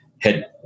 head